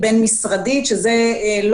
זו תוכנית בין-משרדית,